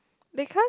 because